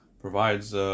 provides